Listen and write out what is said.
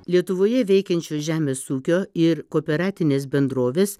lietuvoje veikiančios žemės ūkio ir kooperatinės bendrovės